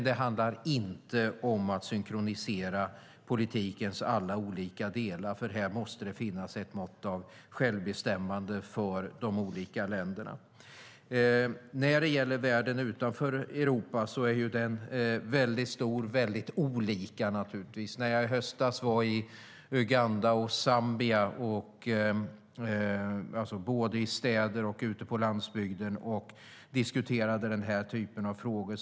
Det handlar dock inte om att synkronisera politikens alla olika delar. Här måste det finnas ett mått av självbestämmande för de olika länderna. Världen utanför Europa är stor och ser olika ut. I höstas var jag i Uganda och Zambia, både i städer och på landsbygden, och diskuterade den här typen av frågor.